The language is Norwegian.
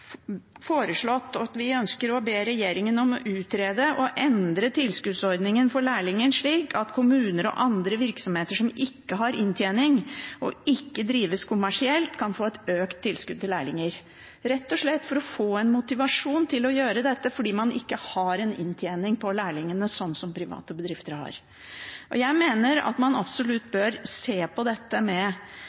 foreslått at vi ber regjeringen utrede å «endre tilskuddsordningen for lærlinger slik at kommuner og andre virksomheter som ikke har inntjening og ikke drives kommersielt, kan få økt tilskudd til lærlinger» – rett og slett for å få en motivasjon til å gjøre dette, fordi man ikke har en inntjening på lærlingene, sånn som private bedrifter har. Jeg mener at man absolutt bør se på dette,